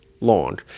long